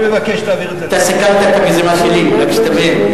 אתה סיכלת את המזימה שלי, רק שתבין.